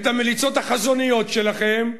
את המליצות החזוניות שלכם.